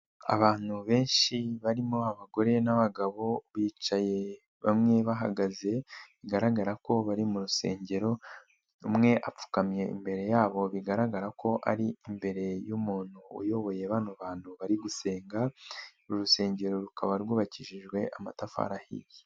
Abantu benshi barimo abagore n'abagabo bicaye bamwe bahagaze bigaragara ko bari mu rusengero, umwe apfukamye imbere yabo bigaragara ko ari imbere y'umuntu uyoboye bano bantu bari gusenga, uru rusengero rukaba rwubakishijwe amatafari ahiye.